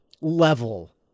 level